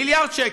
מיליארד שקל.